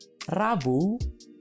Rabu